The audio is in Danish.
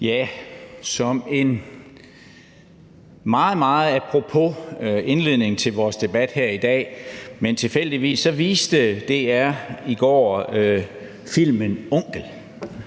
Ja, som en meget, meget apropos indledning til vores debat her i dag vil jeg sige, at DR i går tilfældigvis